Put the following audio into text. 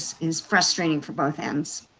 is frustrating for both ends?